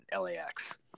LAX